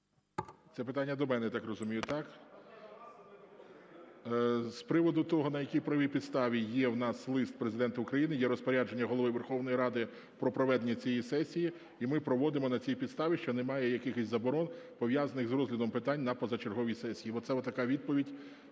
Це питання до мене, я так розумію, так? З приводу того, на якій правовій підставі. Є у нас лист Президента України, є Розпорядження Голови Верховної Ради про проведення цієї сесії. І ми проводимо на цій підставі, що немає якихось заборон, пов'язаних з розглядом питань на позачерговій сесії. Оце от така відповідь.